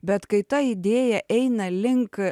bet kai ta idėja eina link